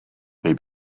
they